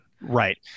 right